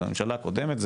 הממשלה הקודמת,